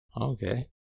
Okay